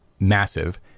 massive